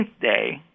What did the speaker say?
day